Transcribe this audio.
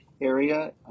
area